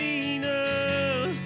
enough